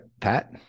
Pat